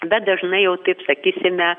bet dažnai jau taip sakysime